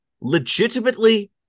legitimately